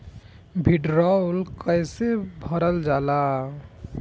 भीडरौल कैसे भरल जाइ?